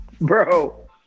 Bro